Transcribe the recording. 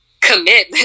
commit